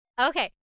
Okay